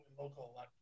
local